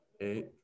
Eight